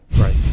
Right